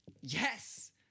yes